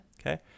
Okay